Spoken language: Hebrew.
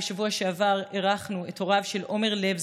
בשבוע שעבר אירחנו את הוריו של עומר לב,